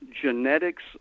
genetics